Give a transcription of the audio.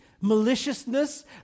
maliciousness